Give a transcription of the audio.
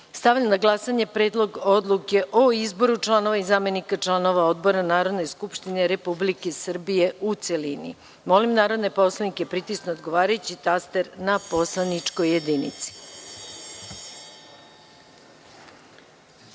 na glasanje Predlog odluke o izboru članova i zamenika članova odbora Narodne skupštine Republike Srbije, u celini. Molim narodne poslanike da pritisnu odgovarajući taster na poslaničkoj